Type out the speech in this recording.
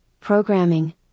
programming